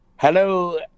Hello